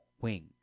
wing